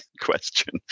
question